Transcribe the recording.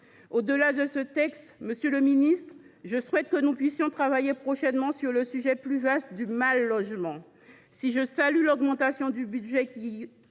Au delà de ce texte, monsieur le ministre, je souhaite que nous travaillions prochainement sur le sujet plus vaste du mal logement. Si je salue l’augmentation du budget qui